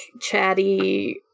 chatty